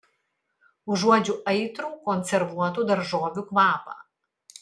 užuodžiu aitrų konservuotų daržovių kvapą